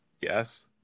Yes